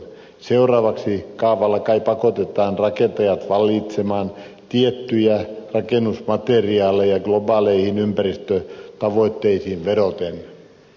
seuraavaksi kaavalla kai pakotetaan rakentajat valitsemaan tiettyjä rakennusmateriaaleja globaaleihin ympäristötavoitteisiin vedoten